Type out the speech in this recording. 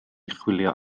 chwilio